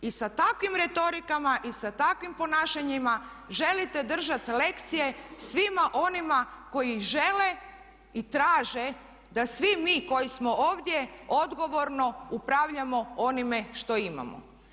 I sa takvim retorikama i sa takvim ponašanjima želite držati lekcije svima onima koji žele i traže da svi mi koji smo ovdje odgovorno upravljamo onime što imamo.